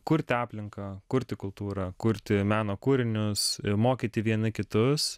kurti aplinką kurti kultūrą kurti meno kūrinius mokyti vieni kitus